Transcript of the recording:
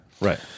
Right